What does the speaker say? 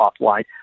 offline